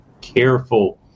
careful